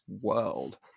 world